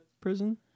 prison